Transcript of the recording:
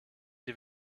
die